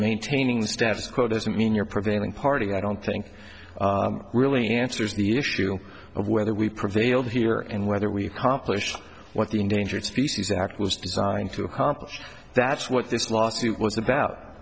maintaining the status quo doesn't mean you're preventing party i don't think really answers the issue of whether we prevailed here and whether we accomplished what the endangered species act was designed to accomplish that's what this lawsuit was about